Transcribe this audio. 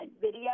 video